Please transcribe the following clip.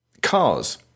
Cars